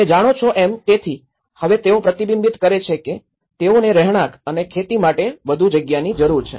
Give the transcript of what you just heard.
તમે જાણો છો એમ તેથી હવે તેઓ પ્રતિબિંબિત કરે છે કે તેઓને રહેણાંક અને ખેતી માટે વધુ જગ્યાની જરૂર છે